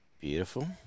Beautiful